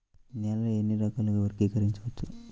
నేలని ఎన్ని రకాలుగా వర్గీకరించవచ్చు?